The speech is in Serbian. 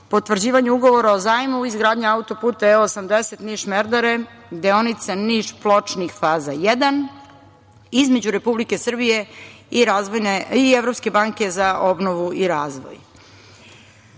Potvrđivanje Ugovora o zajmu (Izgradnja auto-puta E-80 Niš-Merdare, deonica Niš-Pločnik, faza 1) između Republike Srbije i Evropske banke za obnovu i razvoj. Ugovor